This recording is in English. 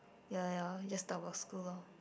ya ya ya just talk about school lor